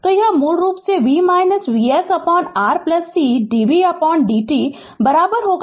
तो यह मूल रूप से v VsR c dvdt 0 होगा